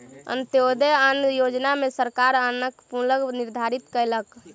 अन्त्योदय अन्न योजना में सरकार अन्नक मूल्य निर्धारित कयलक